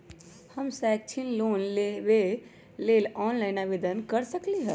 हम शैक्षिक लोन लेबे लेल ऑनलाइन आवेदन कैसे कर सकली ह?